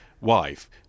wife